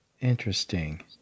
Interesting